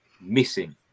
missing